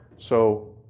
so